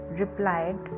replied